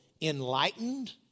enlightened